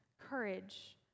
courage